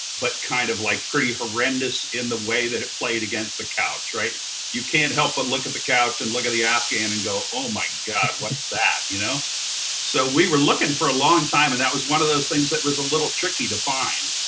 but kind of like pretty horrendous in the way that it played against the couch. you can't help but look at the couch and look at the afghan, and go, oh my god, what's that? you know so we were looking for a long time and that was one of those things that was a little tricky to find.